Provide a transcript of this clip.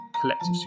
collective